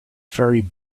ferry